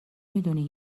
میدونی